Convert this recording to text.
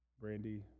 Brandy